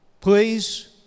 please